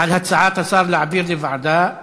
על הצעת השר להעביר לוועדה.